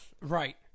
Right